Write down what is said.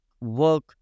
work